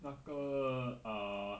那个 uh